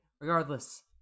Regardless